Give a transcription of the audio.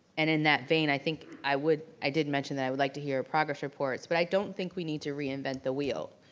and in that vein, i think i would, i did mention that i would like to hear progress reports, but i don't think we need to reinvent the wheel.